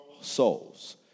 souls